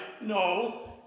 No